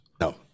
No